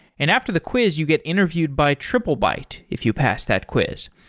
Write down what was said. and after the quiz you get interviewed by triplebyte if you pass that quiz.